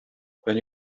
when